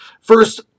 First